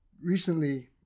recently